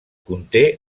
conté